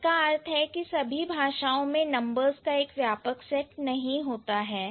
जिसका अर्थ है कि सभी भाषाओं में नंबर्स का एक व्यापक सेट नहीं होता है